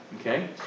Okay